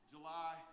July